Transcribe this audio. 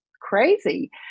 crazy